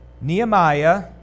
Nehemiah